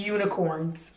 Unicorns